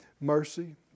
Mercy